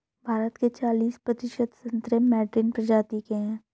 भारत के चालिस प्रतिशत संतरे मैडरीन प्रजाति के हैं